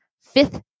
fifth